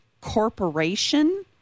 corporation